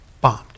bombed